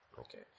Okay